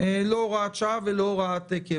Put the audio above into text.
לא הוראת שעה ולא הוראת קבע.